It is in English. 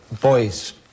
boys